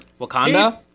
Wakanda